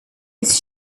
his